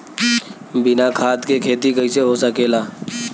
बिना खाद के खेती कइसे हो सकेला?